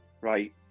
right